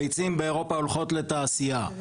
הביצים באירופה הולכות לתעשייה.